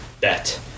bet